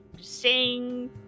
sing